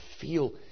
feel